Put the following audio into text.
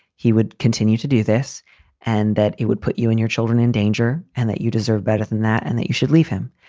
he would continue to do this and that it would put you and your children in danger and that you deserve better than that and that you should leave him.